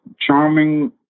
charming